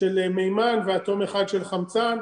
של מימן ואטום אחד של חמצן,